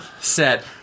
set